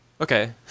Okay